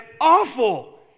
awful